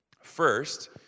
First